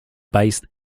based